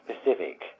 specific